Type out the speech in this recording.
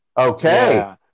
okay